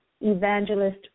Evangelist